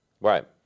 Right